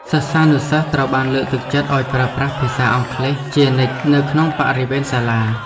សិស្សានុសិស្សត្រូវបានលើកទឹកចិត្តឱ្យប្រើប្រាស់ភាសាអង់គ្លេសជានិច្ចនៅក្នុងបរិវេណសាលា។